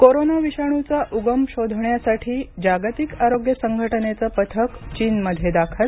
corona विषाणूचा उगम शोधण्यासाठी जागतिक आरोग्य संघटनेचं पथक चीनमध्ये दाखल